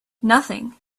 nothing